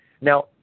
now